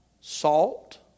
salt